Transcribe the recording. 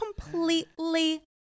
completely